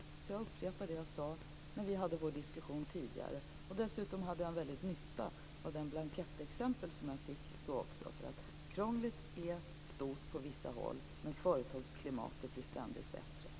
Så jag upprepar det som jag sade när vi hade vår diskussion tidigare. Dessutom hade jag en väldig nytta av det blankettexempel som jag då fick, för krånglet är stort på vissa håll, men företagsklimatet blir ständigt bättre.